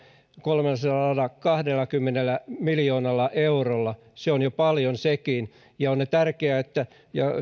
kolmellasadallakahdellakymmenellä miljoonalla eurolla se on jo paljon sekin ja on tärkeää ja